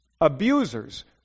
abusers